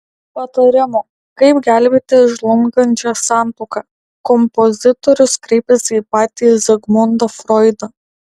patarimo kaip gelbėti žlungančią santuoką kompozitorius kreipėsi į patį zigmundą froidą